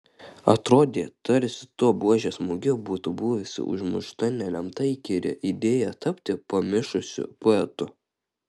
atrodė tarsi tuo buožės smūgiu būtų buvusi užmušta nelemta įkyri idėja tapti pamišusiu poetu